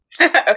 okay